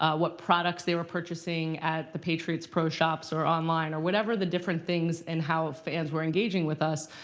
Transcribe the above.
ah what products they were purchasing at the patriots pro shops or online, or whatever the different things and how fans were engaging with us.